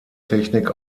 technik